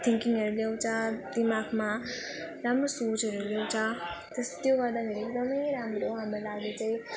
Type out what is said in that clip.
थिङ्किङहरू ल्याउँछ दिमागमा राम्रो सोचहरू ल्याउँछ त्यस त्यो गर्दाखेरि एकदम राम्रो हाम्रो लागि चाहिँ